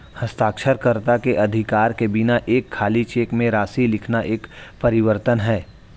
हस्ताक्षरकर्ता के अधिकार के बिना एक खाली चेक में राशि लिखना एक परिवर्तन है